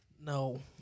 No